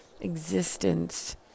existence